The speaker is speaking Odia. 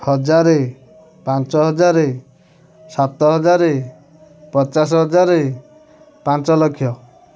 ହଜାରେ ପାଞ୍ଚହଜାର ସାତହଜାର ପଚାଶ ହଜାର ପାଞ୍ଚଲକ୍ଷ